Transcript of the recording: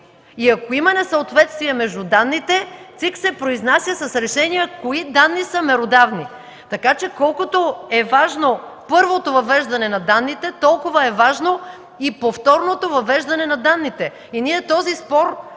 Ако има несъответствия между данните, ЦИК се произнася с решения кои данни са меродавни. Колкото е важно първото въвеждане на данните, толкова е важно и повторното въвеждане на данните.